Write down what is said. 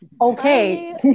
okay